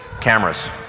cameras